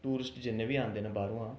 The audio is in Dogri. टूरिस्ट जिन्ने बी औंदे न बाह्रुआं